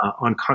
on